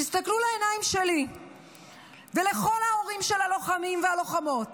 תסתכלו לעיניים שלי ולכל ההורים של הלוחמים והלוחמות